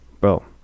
Bro